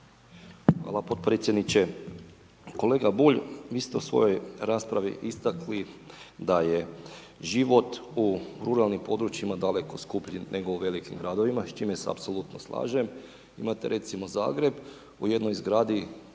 Hvala podpredsjedniče, kolega Bulj vi ste u svojoj raspravi istakli da je život u ruralnim područjima daleko skuplji nego u velikim gradovima s čime se apsolutno slažem, imate recimo Zagreb u jednoj zgradi